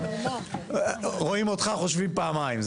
רואים אותך חושבים פעמיים.